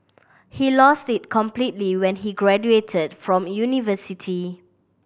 he lost it completely when he graduated from university